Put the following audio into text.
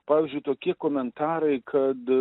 pavyzdžiui tokie komentarai kad